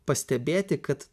pastebėti kad